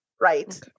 right